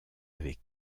avec